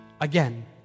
again